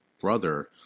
brother